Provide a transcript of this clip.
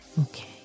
Okay